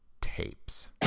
Tapes